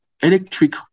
electric